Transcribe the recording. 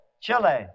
Chile